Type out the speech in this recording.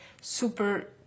super